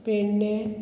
Pernem